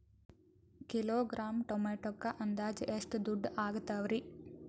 Kilogram ಟೊಮೆಟೊಕ್ಕ ಅಂದಾಜ್ ಎಷ್ಟ ದುಡ್ಡ ಅಗತವರಿ?